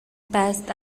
passed